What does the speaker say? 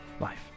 life